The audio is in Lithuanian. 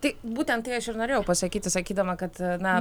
tai būtent tai aš ir norėjau pasakyti sakydama kad na